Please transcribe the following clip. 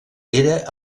era